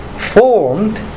formed